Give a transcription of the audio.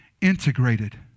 integrated